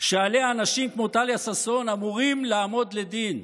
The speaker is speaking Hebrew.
שעליה אנשים כמו טליה ששון אמורים לעמוד לדין.